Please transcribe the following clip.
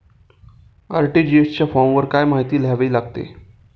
RTGS च्या फॉर्मवर काय काय माहिती लिहावी लागते?